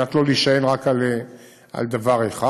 על מנת לא להישען רק על דבר אחד.